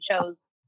chose